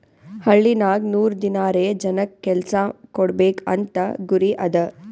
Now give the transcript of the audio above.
ಹಳ್ಳಿನಾಗ್ ನೂರ್ ದಿನಾರೆ ಜನಕ್ ಕೆಲ್ಸಾ ಕೊಡ್ಬೇಕ್ ಅಂತ ಗುರಿ ಅದಾ